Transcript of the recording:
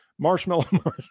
Marshmallow